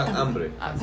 hambre